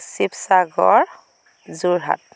Sivasagar Jorhat